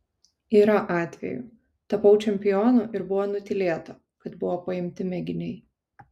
yra atvejų tapau čempionu ir buvo nutylėta kad buvo paimti mėginiai